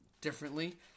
differently